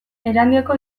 erandioko